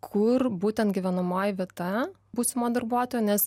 kur būtent gyvenamoji vieta būsimo darbuotojo nes